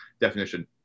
definition